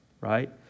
right